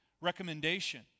recommendation